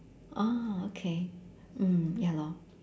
oh okay mm ya lor